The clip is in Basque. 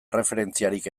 erreferentziarik